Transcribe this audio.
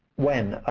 when.